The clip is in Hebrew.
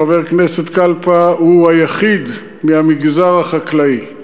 חבר הכנסת קלפה הוא היחיד בינינו מהמגזר החקלאי.